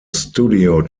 studio